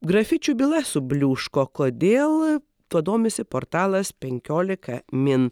grafičių byla subliūško kodėl tuo domisi portalas penkiolika min